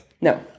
No